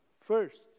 First